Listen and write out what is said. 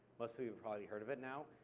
most people have probably heard of it now.